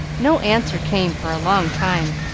no answer came for a long time,